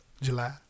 July